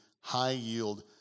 high-yield